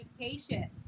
education